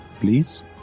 Please